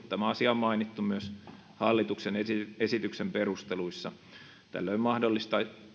tämä asia on mainittu myös hallituksen esityksen perusteluissa tällöin